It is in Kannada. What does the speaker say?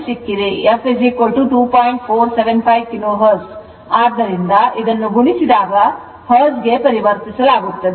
475 x 1000 ಆದ್ದರಿಂದ ಇದನ್ನು ಗುಣಿಸಿದಾಗ ಹರ್ಟ್ಜ್ಗೆ ಪರಿವರ್ತಿಸಲಾಗುತ್ತದೆ